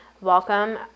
welcome